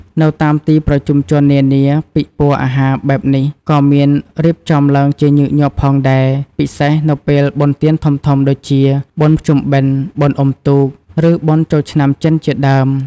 នៅតាមទីប្រជុំជននានា ពិព័រណ៍អាហារបែបនេះក៏មានរៀបចំឡើងជាញឹកញាប់ផងដែរ ពិសេសនៅពេលបុណ្យទានធំៗដូចជា បុណ្យភ្ជុំបិណ្ឌ បុណ្យអុំទូក ឬបុណ្យចូលឆ្នាំចិនជាដើម។